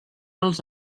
als